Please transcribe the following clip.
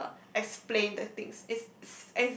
uh explain the things it's